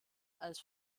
als